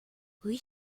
will